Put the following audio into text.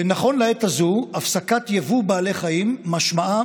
נכון לעת הזאת הפסקת יבוא בעלי חיים משמעה